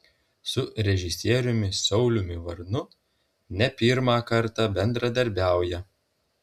su režisieriumi sauliumi varnu ne pirmą kartą bendradarbiauja